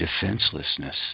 defenselessness